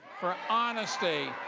for honesty.